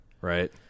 Right